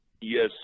Yes